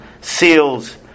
seals